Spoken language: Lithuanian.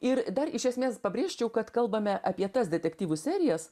ir dar iš esmės pabrėžčiau kad kalbame apie tas detektyvų serijas